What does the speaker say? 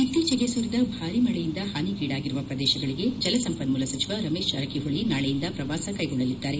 ಇತ್ತೀಚಿಗೆ ಸುರಿದ ಭಾರಿ ಮಳೆಯಿಂದ ಹಾನಿಗೀಡಾಗಿರುವ ಪ್ರದೇಶಗಳಿಗೆ ಜಲ ಸಂಪನ್ಮೂಲ ಸಚಿವ ರಮೇಶ್ ಜಾರಕಿಹೊಳಿ ನಾಳೆಯಿಂದ ಪ್ರವಾಸ ಕೈಗೊಳ್ಳಲಿದ್ದಾರೆ